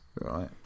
right